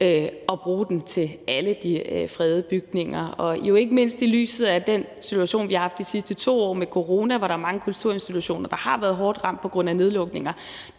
at bruge det til alle de fredede bygninger, og jo ikke mindst i lyset af den situation, vi har haft i de sidste 2 år med corona, hvor der er mange kulturinstitutioner, der har været hårdt ramt på grund af nedlukninger.